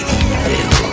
evil